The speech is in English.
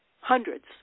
hundreds